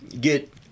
get